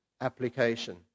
application